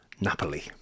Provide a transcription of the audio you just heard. Napoli